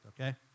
Okay